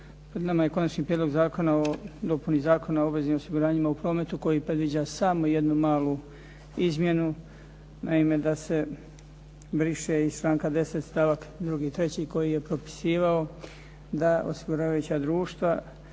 pred nama je Konačni prijedlog zakona o dopuni Zakona o obveznim osiguranjima u prometu koji predviđa samo jednu malu izmjenu. Naime, da se briše iz članka 10. stavak 2. i 3. koji je propisivao da osiguravajuća društva